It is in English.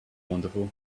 wonderful